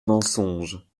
mensonges